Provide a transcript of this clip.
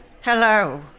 Hello